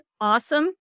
awesome